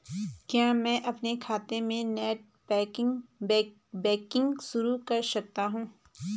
क्या मैं अपने खाते में नेट बैंकिंग शुरू कर सकता हूँ?